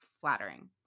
flattering